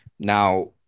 Now